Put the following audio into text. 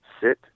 sit